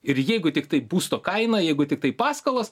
ir jeigu tiktai būsto kaina jeigu tiktai paskolos